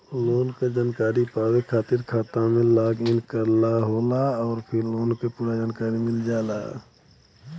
loan क जानकारी पावे खातिर खाता में लॉग इन करना होला आउर फिर लोन क पूरा जानकारी मिल जाला